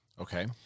Okay